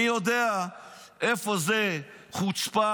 אני יודע איפה זה חוצפה,